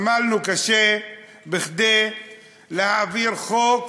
עמלנו קשה כדי להעביר חוק